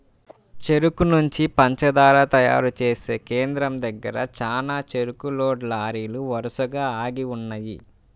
చెరుకు నుంచి పంచదార తయారు చేసే కేంద్రం దగ్గర చానా చెరుకు లోడ్ లారీలు వరసగా ఆగి ఉన్నయ్యి